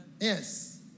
Yes